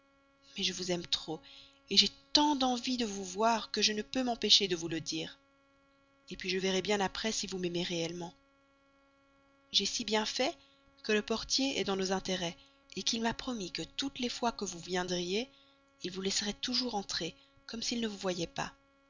mais je vous aime trop j'ai tant d'envie de vous voir que je ne peux pas m'empêcher de vous le dire et puis je verrai bien après si vous m'aimez réellement j'ai si bien fait que le portier est dans nos intérêts qu'il m'a promis que toutes les fois que vous viendriez il vous laisserait toujours entrer comme s'il ne vous voyait pas